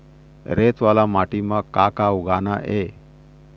रेत वाला माटी म का का उगाना ये?